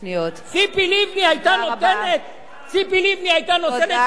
ציפי לבני היתה נותנת להעביר חוק כזה אם אנחנו היינו בקואליציה?